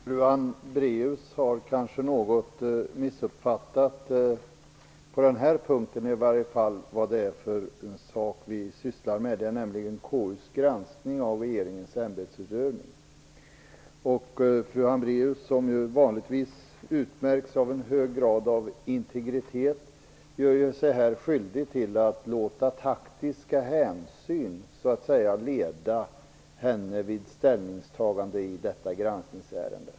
Fru talman! Fru Hambraeus har åtminstone på den här punkten kanske missuppfattat vad vi sysslar med. Det är nämligen KU:s granskning av regeringens ämbetsutövning. Fru Hambraeus, som ju vanligtvis utmärks av en hög grad integritet, gör sig här skyldig till att låta taktiska hänsyn leda henne vid ställningstagandet i detta granskningsärende.